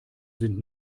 sind